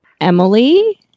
Emily